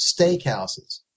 steakhouses